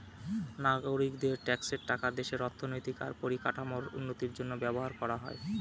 নাগরিকদের ট্যাক্সের টাকা দেশের অর্থনৈতিক আর পরিকাঠামোর উন্নতির জন্য ব্যবহার করা হয়